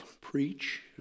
preach